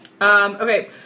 Okay